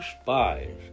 spies